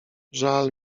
żal